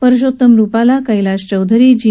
Parshottam Rupala Kailash Choudhary जी